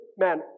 man